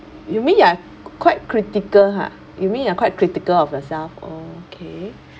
you mean you are quite critical ha you mean you are quite critical of yourself okay